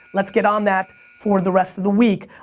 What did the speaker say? let's get on that for the rest of the week.